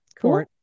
Cool